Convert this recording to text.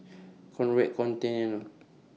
Conrad Centennial